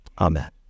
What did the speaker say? Amen